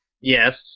Yes